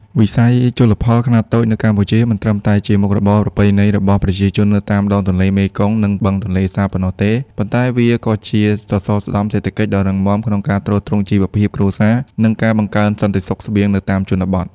វិស័យជលផលខ្នាតតូចនៅកម្ពុជាមិនត្រឹមតែជាមុខរបរប្រពៃណីរបស់ប្រជាជននៅតាមដងទន្លេមេគង្គ និងបឹងទន្លេសាបប៉ុណ្ណោះទេ ប៉ុន្តែវាក៏ជាសសរស្តម្ភសេដ្ឋកិច្ចដ៏រឹងមាំក្នុងការទ្រទ្រង់ជីវភាពគ្រួសារ និងការបង្កើនសន្តិសុខស្បៀងនៅតាមជនបទ។